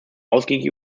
ausgiebig